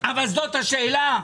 אבל זאת השאלה.